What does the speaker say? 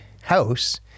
house